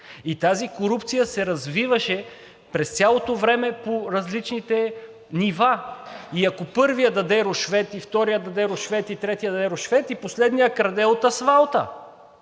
Тази корупция се развиваше през цялото време по различните нива и ако първият даде рушвет, и вторият даде рушвет, и третият даде рушвет – последният краде от асфалта.